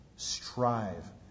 Strive